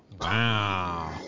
Wow